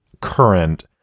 current